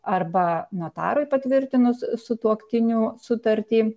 arba notarui patvirtinus sutuoktinių sutartį